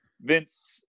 Vince